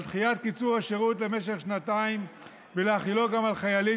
על דחיית קיצור השירות למשך שנתיים ועל החלתו גם על חיילים